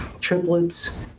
triplets